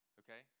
okay